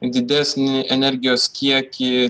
didesnį energijos kiekį